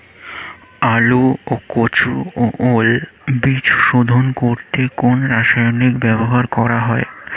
আলু ও কচু ও ওল বীজ শোধন করতে কোন রাসায়নিক ব্যবহার করা হয়?